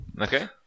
Okay